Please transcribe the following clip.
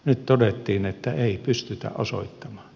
nyt todettiin että ei pystytä osoittamaan